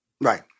Right